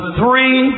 three